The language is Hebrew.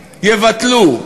יבטלו.